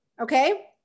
okay